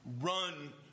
Run